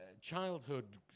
childhood